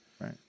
right